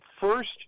first